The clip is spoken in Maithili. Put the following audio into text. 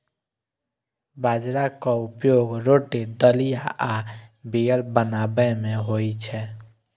बाजराक उपयोग रोटी, दलिया आ बीयर बनाबै मे होइ छै